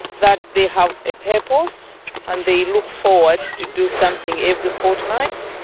that they have a purpose and they look forward to do something every fortnight,